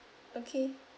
okay